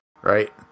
right